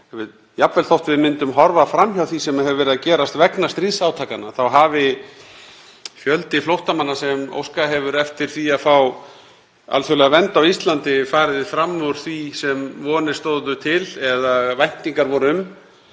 jafnvel þótt við myndum horfa fram hjá því sem hefur verið að gerast vegna stríðsátakanna hafi fjöldi flóttamanna sem óskað hefur eftir því að fá alþjóðlega vernd á Íslandi farið fram úr því sem vonir stóðu til eða væntingar voru um